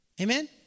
Amen